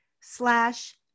slash